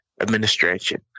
administration